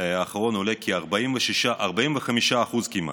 האחרון עולה כי 45% כמעט,